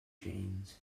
jains